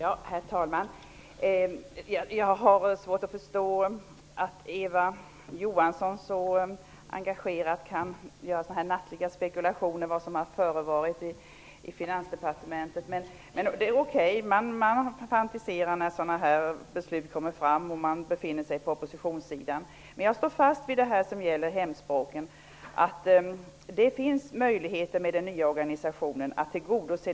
Herr talman! Jag har svårt att förstå att Eva Johansson så engagerat kan göra spekulationer om vad som har förevarit i Finansdepartementet. Men visst kan man fantisera över sådana här beslut när man befinner sig på oppositionssidan. Jag står fast vid att det med den nya organisationen finns möjligheter att tillgodose elevernas behov med hemspråk.